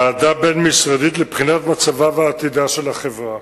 ועדה בין-משרדית לבחינת מצבה ועתידה של החברה.